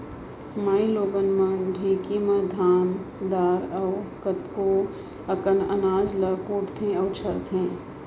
माइलोगन मन ढेंकी म धान दार अउ कतको अकन अनाज ल कुटथें अउ छरथें